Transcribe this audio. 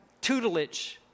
tutelage